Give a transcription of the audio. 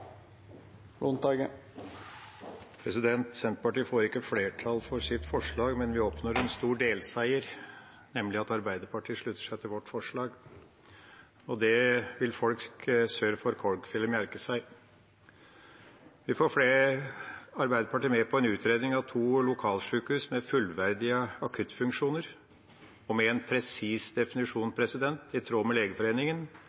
er ute. Senterpartiet får ikke flertall for sitt forslag, men vi oppnår en stor delseier, nemlig at Arbeiderpartiet slutter seg til vårt forslag. Det vil folk sør for Korgfjellet merke seg. Vi får Arbeiderpartiet med på en utredning av to lokalsykehus med fullverdige akuttfunksjoner – og med en presis definisjon,